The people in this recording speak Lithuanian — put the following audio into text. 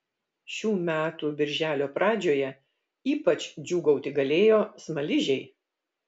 šių metų birželio pradžioje ypač džiūgauti galėjo smaližiai